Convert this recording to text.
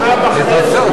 וחצי.